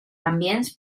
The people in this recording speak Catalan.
ambients